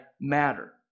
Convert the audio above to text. matter